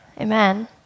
Amen